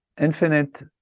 infinite